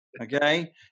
Okay